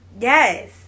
yes